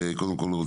קודם כל,